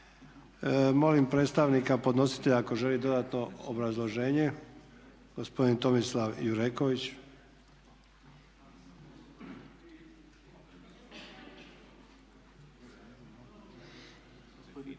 Molim predstavnika podnositelja ako želi dodatno obrazloženje. Gospodin Tomislav Jureković.